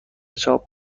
چاپ